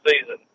season